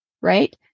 right